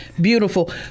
Beautiful